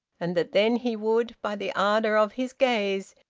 and that then he would, by the ardour of his gaze,